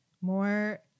more